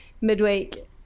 Midweek